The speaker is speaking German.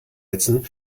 setzen